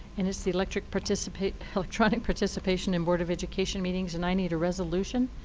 and it's the electronic participation electronic participation in board of education meetings. and i need a resolution.